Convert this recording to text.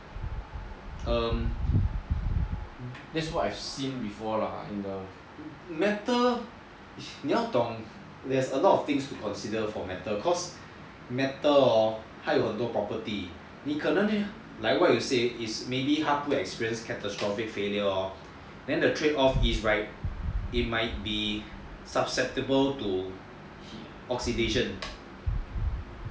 um that's what I have seen before lah metal 你要懂 there's a lot to consider for metal cause metal hor 他有很多 properties 你可能 hor like what you say 他不会 experience catastrophic failure hor then the trade off is right it might be susceptible to oxidation